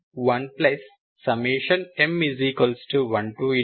1 2